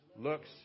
looks